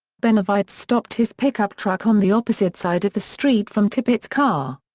benavides stopped his pickup truck on the opposite side of the street from tippit's car.